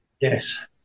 Yes